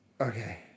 Okay